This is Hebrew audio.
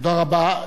תודה רבה.